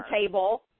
table